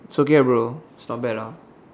it's okay ah bro not bad ah